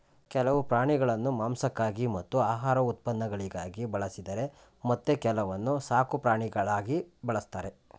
ಕೆಲವು ಪ್ರಾಣಿಗಳನ್ನು ಮಾಂಸಕ್ಕಾಗಿ ಮತ್ತು ಆಹಾರ ಉತ್ಪನ್ನಗಳಿಗಾಗಿ ಬಳಸಿದರೆ ಮತ್ತೆ ಕೆಲವನ್ನು ಸಾಕುಪ್ರಾಣಿಗಳಾಗಿ ಬಳ್ಸತ್ತರೆ